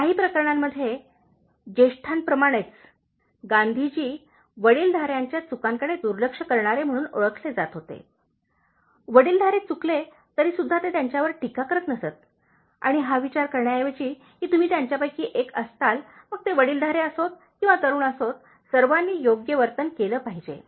काही प्रकरणांमध्ये ज्येष्ठांप्रमाणेच गांधीजी वडीलधार्यांच्या चुकांकडे दुर्लक्ष करणारे म्हणून ओळखले जात होते वडीलधारे चुकले तरीसुद्धा ते त्यांच्यावर टीका करत नसत आणि हा विचार करण्याऐवजी की तुम्ही त्यांच्यापैकी एक असताल मग ते वडीलधारे असोत किंवा तरुण असोत सर्वांनी योग्य वर्तन केले पाहिजे